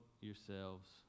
yourselves